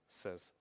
says